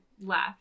left